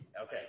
Okay